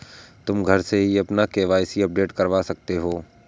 तुम घर से ही अपना के.वाई.सी अपडेट करवा सकते हो